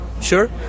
sure